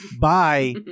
Bye